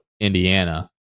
Indiana